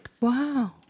Wow